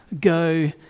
go